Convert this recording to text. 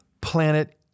planet